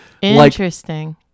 Interesting